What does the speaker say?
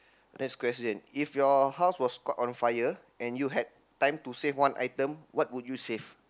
next question if your house was caught on fire and you had time to save one item what would you save